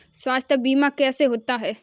स्वास्थ्य बीमा कैसे होता है?